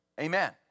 Amen